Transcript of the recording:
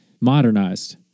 modernized